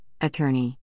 Attorney